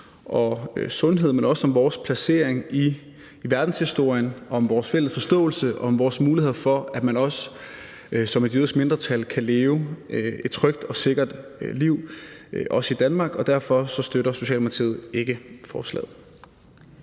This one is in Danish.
og sundhed, men også om vores placering i verdenshistorien, om vores fælles forståelse, om vores muligheder for, at man også som et jødisk mindretal kan leve et trygt og sikkert liv i Danmark, og derfor støtter Socialdemokratiet ikke forslaget.